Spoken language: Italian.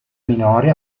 minori